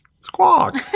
Squawk